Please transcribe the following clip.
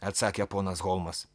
atsakė ponas holmas